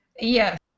Yes